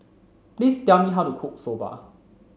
please tell me how to cook Soba